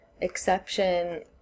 exception